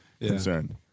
Concerned